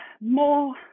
more